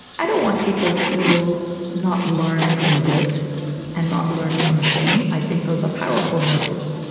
i don't want people to not learn from guilt and not learn from shame. i think those are powerful motives.